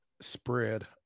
spread